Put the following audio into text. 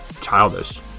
childish